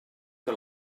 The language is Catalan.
que